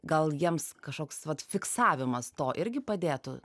gal jiems kažkoks vat fiksavimas to irgi padėtų